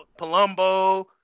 Palumbo